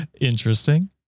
interesting